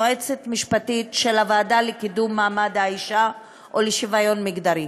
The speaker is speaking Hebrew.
היועצת המשפטית של הוועדה לקידום מעמד האישה ולשוויון מגדרי.